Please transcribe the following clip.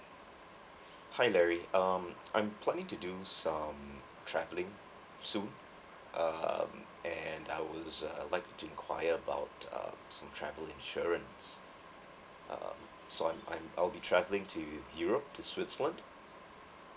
hi larry um I'm planning to do some traveling soon um and I was uh like to inquire about uh some travel insurance um so I'm I'll be travelling to europe to switzerland